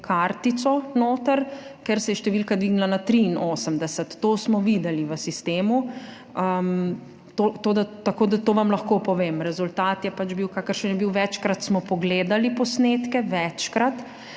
kartico noter, ker se je številka dvignila na 83. To smo videli v sistemu. Tako da to vam lahko povem. Rezultat je pač bil, kakršen je bil, večkrat smo pogledali posnetke. Večkrat